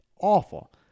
awful